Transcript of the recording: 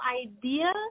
idea